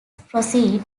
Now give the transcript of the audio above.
proceed